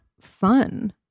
fun